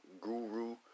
guru